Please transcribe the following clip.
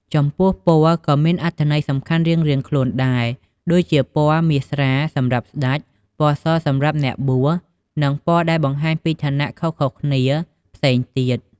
ចំពោះពណ៌ក៏មានអត្ថន័យសំខាន់រៀងៗខ្លួនដែរ ដូចជាពណ៌មាសសម្រាប់ស្តេច ពណ៌ស សម្រាប់អ្នកបួស នឹងពណ៌ដែលបង្ហាញពីឋានៈខុសៗគ្នាផ្សេងទៀត ។